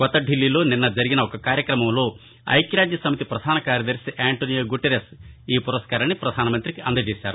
కొత్త ఢిల్లిలో ఈరోజు జరిగిన ఒక కార్యక్రమంలో ఐక్యరాజ్య సమితి ప్రధాన కార్యదర్శి ఆంటోనియో గుటెరస్ ఈ పురస్కారాన్ని ప్రధాన మంతికి అందచేశారు